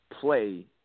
play